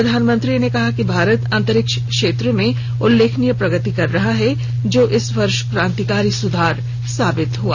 प्रधानमंत्री ने कहा कि भारत अंतरिक्ष क्षेत्र में उल्लेखनीय प्रगति कर रहा है जो इस वर्ष क्रांतिकारी सुधार साबित हुआ